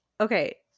okay